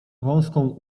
wąską